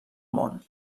món